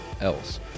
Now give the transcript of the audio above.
else